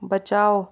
बचाओ